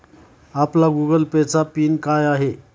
आपला Google Pay चा PIN काय आहे?